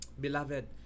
Beloved